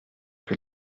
que